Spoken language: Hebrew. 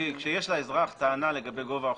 כשיש לאזרח טענה לגבי גובה החוב,